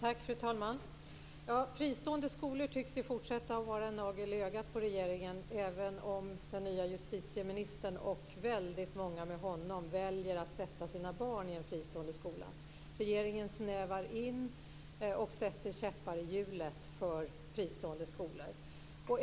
Fru talman! Fristående skolor tycks fortsatt vara en nagel i ögat på regeringen, även om den nye justitieministern och väldigt många med honom väljer att sätta sina barn i fristående skola. Regeringen snävar in och sätter käppar i hjulet för fristående skolor.